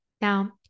now